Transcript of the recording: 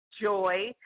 joy